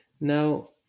Now